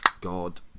god